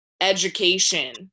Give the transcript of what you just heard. education